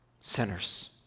sinners